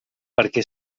perquè